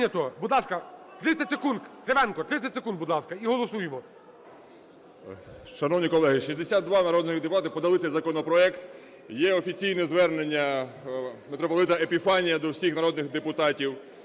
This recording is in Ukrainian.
Шановні колеги, 62 народних депутати подали цей законопроект. Є офіційне звернення митрополита Епіфанія до всіх народних депутатів